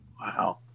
wow